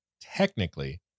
technically